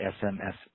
SMS